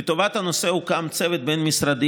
לטובת הנושא הוקם צוות בין-משרדי